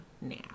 now